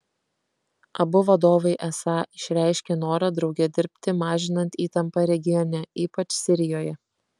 abu vadovai esą išreiškė norą drauge dirbti mažinant įtampą regione ypač sirijoje